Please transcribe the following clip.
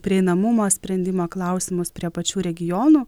prieinamumo sprendimo klausimus prie pačių regionų